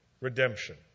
redemption